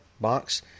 box